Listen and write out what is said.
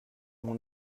mon